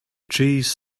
trees